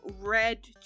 red